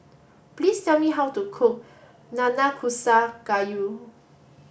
please tell me how to cook Nanakusa Gayu